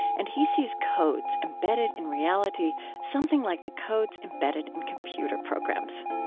and he sees codes embedded in reality, something like the codes embedded in computer programs